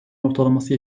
ortalaması